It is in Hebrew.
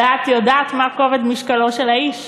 ואת יודעת מה כובד משקלו של האיש.